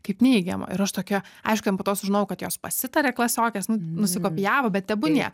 kaip neigiamą ir aš tokia aišku ten po to sužinojau kad jos pasitarė klasiokės nu nusikopijavo bet tebūnie